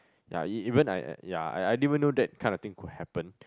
ya e~ even I ya I I didn't even know that kind of thing could happen